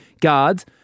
guards